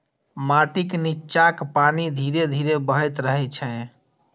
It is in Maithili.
माटिक निच्चाक पानि धीरे धीरे बहैत रहै छै